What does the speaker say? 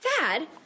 Dad